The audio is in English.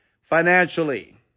financially